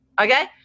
Okay